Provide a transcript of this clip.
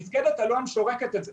מפקדת אלון שורקת את זה,